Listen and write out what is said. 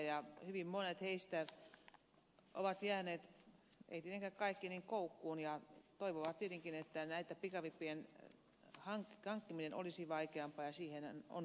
hyvin monet heistä ovat jääneet eivät tietenkään kaikki koukkuun ja toivovat tietenkin että näitten pikavippien hankkiminen olisi vaikeampaa ja siihenhän on pyritty